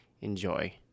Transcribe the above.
Enjoy